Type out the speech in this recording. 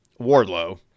Wardlow